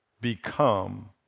become